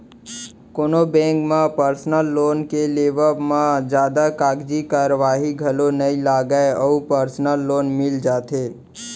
कोनो बेंक म personal loan के लेवब म जादा कागजी कारवाही घलौ नइ लगय अउ परसनल लोन मिल जाथे